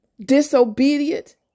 Disobedient